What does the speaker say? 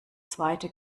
zweite